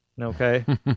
Okay